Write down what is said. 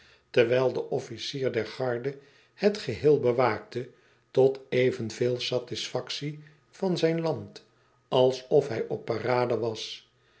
terwijl de officier der garde het geheel bewaakte tot evenveel satisfactie van zijn land alsof hij op parade was